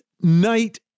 night